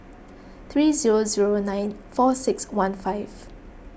three zero zero nine four six one five